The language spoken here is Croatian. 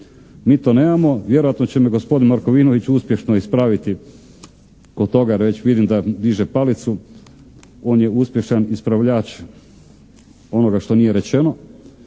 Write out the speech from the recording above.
Mi to nemamo, vjerojatno će me gospodin Markovinović uspješno ispraviti kod toga jer već vidim da diže palicu, on je uspješan ispravljač onoga što nije rečeno,